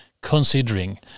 considering